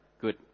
Good